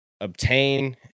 obtain